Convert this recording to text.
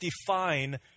define